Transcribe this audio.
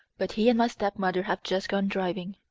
but he and my stepmother have just gone driving.